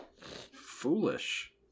foolish